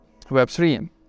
Web3